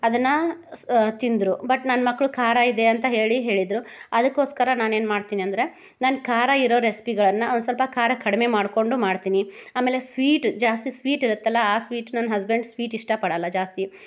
ಅದನ್ನು ಸ್ ತಿಂದರು ಬಟ್ ನನ್ನ ಮಕ್ಕಳು ಖಾರ ಇದೆ ಅಂತ ಹೇಳಿ ಹೇಳಿದರು ಅದಕ್ಕೋಸ್ಕರ ನಾನು ಏನು ಮಾಡ್ತೀನಿ ಅಂದರೆ ನಾನು ಖಾರ ಇರೋ ರೆಸ್ಪಿಗಳನ್ನು ಒಂದು ಸ್ವಲ್ಪ ಖಾರ ಕಡಿಮೆ ಮಾಡಿಕೊಂಡು ಮಾಡ್ತೀನಿ ಆಮೇಲೆ ಸ್ವೀಟ್ ಜಾಸ್ತಿ ಸ್ವೀಟ್ ಇರುತ್ತಲ್ಲ ಆ ಸ್ವೀಟ್ ನನ್ನ ಹಸ್ಬೆಂಡ್ ಸ್ವೀಟ್ ಇಷ್ಟಪಡಲ್ಲ ಜಾಸ್ತಿ